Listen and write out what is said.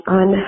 on